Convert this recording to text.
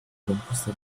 composta